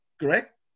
Correct